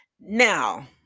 Now